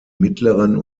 mittleren